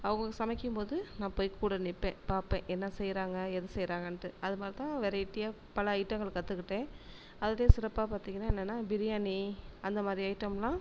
அவங்க சமைக்கும்போது நான் போய் கூட நிற்பேன் பார்ப்பேன் என்ன செய்யறாங்க ஏது செய்யறாங்கன்ட்டு அது மாரிதான் வெரைட்டியாக பல ஐட்டங்கள் கற்றுக்கிட்டேன் அதுல சிறப்பாக பார்த்தீங்கன்னா என்னென்னா பிரியாணி அந்த மாரி ஐட்டம்லாம்